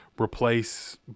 replace